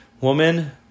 woman